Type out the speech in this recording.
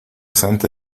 santa